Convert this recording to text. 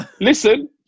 listen